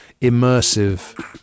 immersive